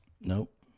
Nope